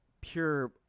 pure